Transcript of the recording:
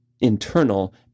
internal